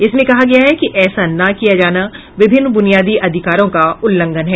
इसमें कहा गया है कि ऐसा ना किया जाना विभिन्न ब्नियादी अधिकारों का उल्लंघन है